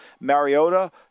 Mariota